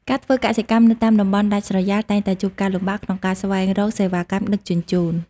ការធ្វើកសិកម្មនៅតាមតំបន់ដាច់ស្រយាលតែងតែជួបការលំបាកក្នុងការស្វែងរកសេវាកម្មដឹកជញ្ជូន។